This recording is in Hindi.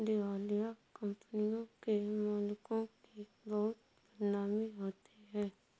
दिवालिया कंपनियों के मालिकों की बहुत बदनामी होती है